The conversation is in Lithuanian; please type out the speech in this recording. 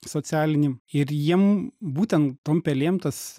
socialinį ir jiem būtent tom pelėm tas